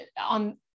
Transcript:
on